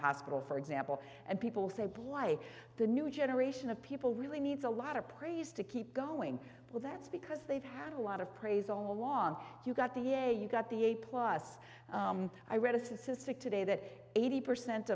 hospital for example and people say bly the new generation of people really needs a lot of praise to keep going well that's because they've had a lot of praise all along you've got the a you got the a plus i read a statistic today that eighty percent